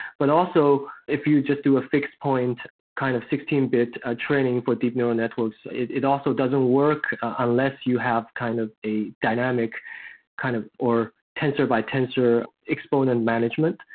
but also, if you just do a fixed point kind of sixteen bit ah training for deep neural networks, it it also doesn't work unless you have kind of a dynamic kind of or tensor by tensor exponent management.